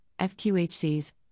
FQHCs